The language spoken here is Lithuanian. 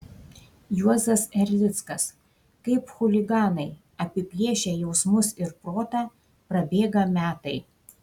juozas erlickas kaip chuliganai apiplėšę jausmus ir protą prabėga metai